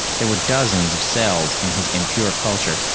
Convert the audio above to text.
there were dozens of cells in his impure culture,